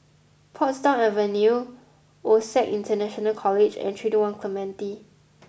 Portsdown Avenue Osac International College and three two one Clementi